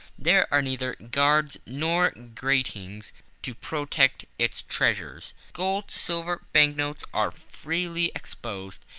there are neither guards nor gratings to protect its treasures gold, silver, banknotes are freely exposed,